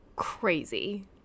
crazy